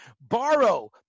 borrow